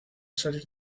salir